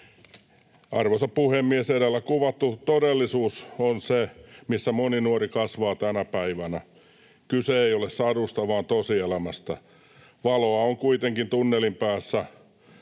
Arvoisa puhemies! Edellä kuvattu todellisuus on se, missä moni nuori kasvaa tänä päivänä. Kyse ei ole sadusta vaan tosielämästä. Valoa on kuitenkin tunnelin päässä.